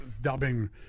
dubbing